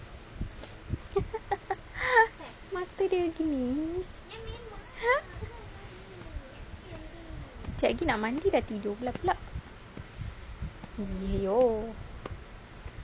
mata dia gini jap lagi nak mandi dah tidur lah pula